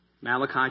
Malachi